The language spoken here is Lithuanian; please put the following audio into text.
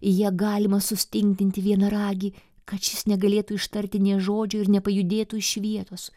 ją galima sustingdyti vienaragį kad šis negalėtų ištarti nė žodžio ir nepajudėtų iš vietos